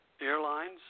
airlines